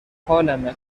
حالمه